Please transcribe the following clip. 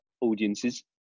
audiences